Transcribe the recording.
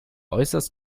äußerst